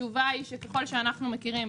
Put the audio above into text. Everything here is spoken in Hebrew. התשובה היא שככל שאנחנו מכירים,